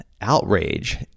outrage